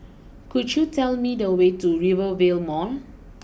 could you tell me the way to Rivervale Mall